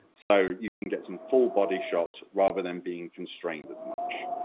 so you can get some full body shots rather than being constrained as much.